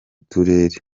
turere